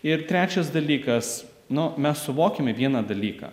ir trečias dalykas nu mes suvokime vieną dalyką